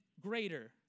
greater